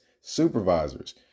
supervisors